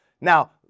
Now